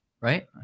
Right